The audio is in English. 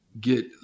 get